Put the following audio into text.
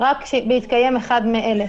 רק בהתקיים אחד מאלה: